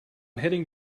heading